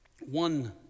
one